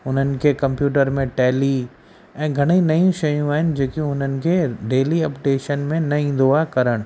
उन्हनि खे कम्प्यूटर में टैली ऐं घणेई नयूं शयूं आहिनि जेकी उन्हनि खे डेली अपडेशन में न ईंदो आहे करण